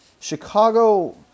Chicago